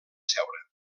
seure